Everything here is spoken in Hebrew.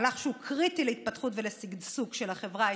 מהלך שהוא קריטי להתפתחות ולשגשוג של החברה הישראלית.